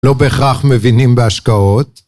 לא בהכרח מבינים בהשקעות